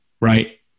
right